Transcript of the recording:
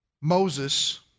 Moses